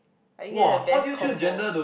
I think that the best combo